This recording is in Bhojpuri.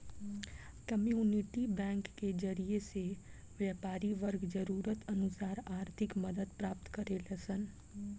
कम्युनिटी बैंक के जरिए से व्यापारी वर्ग जरूरत अनुसार आर्थिक मदद प्राप्त करेलन सन